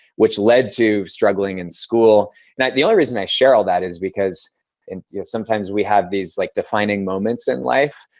which led to struggling in school. and the only reason i share all that is because yeah sometimes we have these like defining moments in life,